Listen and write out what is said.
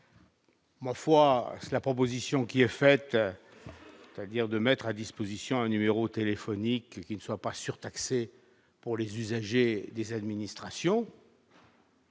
Moi foi la proposition qui est faite, c'est-à-dire de mettre à disposition un numéro téléphonique qui ne soit pas surtaxé pour les usagers des administrations.